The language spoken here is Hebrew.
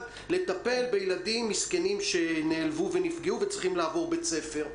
לטפל בילדים מסכנים שנעלבו ונפגעו וצריכים לעבור בית ספר.